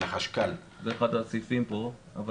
זה אחד הסעיפים פה.